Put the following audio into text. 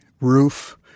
roof